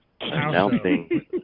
announcing